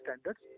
standards